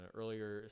earlier